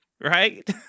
right